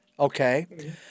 okay